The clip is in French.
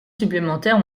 supplémentaires